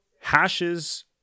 hashes